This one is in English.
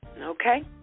okay